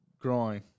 Growing